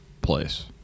place